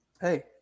Hey